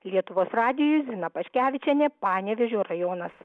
lietuvos radijui zina paškevičienė panevėžio rajonas